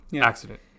accident